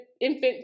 infant